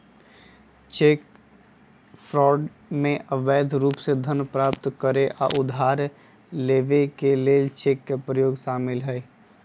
cheque fraud में अवैध रूप से धन प्राप्त करे आऽ उधार लेबऐ के लेल चेक के प्रयोग शामिल हइ